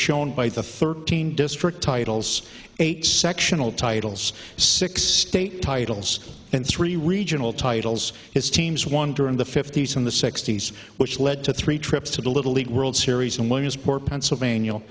shown by the thirteen district titles eight sectional titles six state titles and three regional titles his teams won during the fifty's in the sixty's which led to three trips to the little league world series in williamsport pennsylvania